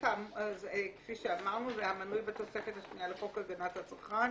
אז כפי שאמרנו: המנוי בתוספת השנייה לחוק הגנת הצרכן,